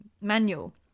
manual